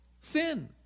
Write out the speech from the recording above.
sin